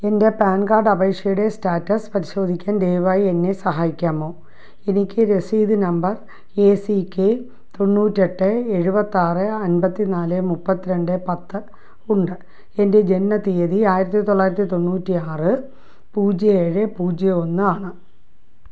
എന്റെ PAN card അപേഷയുടെ status പരിശോധിക്കാൻ ദയവായി എന്നെ സഹായിക്കാമോ എനിക്ക് രസീത് നമ്പർ ഏ സീ ക്കെ തൊണ്ണൂറ്റി എട്ട് എഴുപത്തി ആറ് അൻപത്തി നാല് മുപ്പത്തി രണ്ട് പത്ത് ഉണ്ട് എന്റെ ജനന തീയതി ആയിരത്തി തൊള്ളായിരത്തി തൊണ്ണൂറ്റി ആറ് പൂജ്യം ഏഴ് പൂജ്യം ഒന്ന് ആണ്